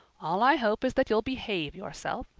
all i hope is that you'll behave yourself.